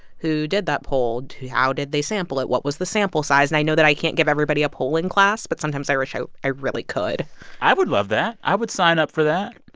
who did that poll? how did they sample it? what was the sample size? and i know that i can't give everybody a polling class, but sometimes i wish i i really could i would love that. i would sign up for that.